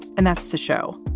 and that's the show.